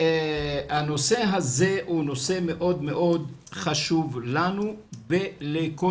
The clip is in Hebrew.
הנושא הזה הוא נושא מאוד חשוב לנו ולכל